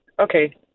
Okay